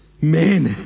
Man